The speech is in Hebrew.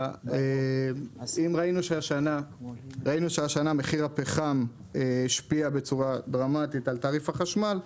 אם ראינו שהשנה מחיר הפחם השפיע בצורה דרמטית על תעריף החשמל,